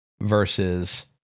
Versus